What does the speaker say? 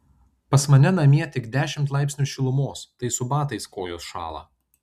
pas mane namie tik dešimt laipsnių šilumos tai su batais kojos šąla